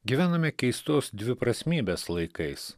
gyvename keistos dviprasmybės laikais